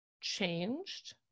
changed